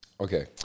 Okay